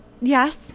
yes